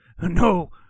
No